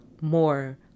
more